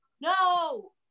no